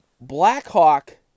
Blackhawk